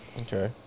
Okay